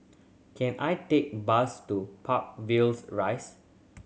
can I take a bus to Park Villas Rise